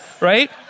right